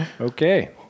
Okay